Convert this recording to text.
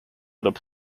would